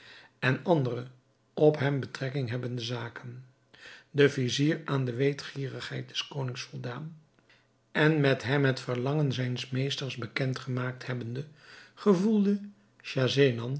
en andere op hem betrekking hebbende zaken de vizier aan de weetgierigheid des konings voldaan en met hem het verlangen zijns meesters bekend gemaakt hebbende gevoelde